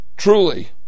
Truly